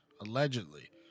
allegedly